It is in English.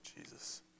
Jesus